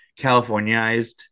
Californiaized